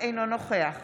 אינו נוכח